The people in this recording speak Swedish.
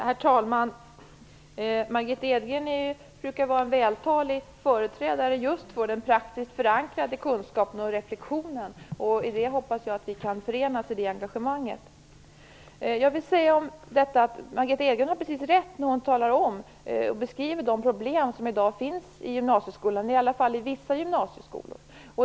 Herr talman! Margitta Edgren brukar vara en vältalig företrädare just för den praktiskt förankrade kunskapen och reflexionen, och jag hoppas att vi kan förenas i det engagemanget. Margitta Edgren har helt rätt när hon beskriver de problem som i dag finns i gymnasieskolan, i varje fall i vissa gymnasieskolor.